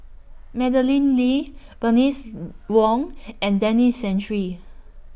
Madeleine Lee Bernice Wong and Denis Santry